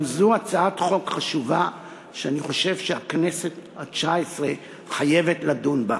גם זאת הצעת חוק חשובה שאני חושב שהכנסת התשע-עשרה חייבת לדון בה.